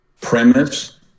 Premise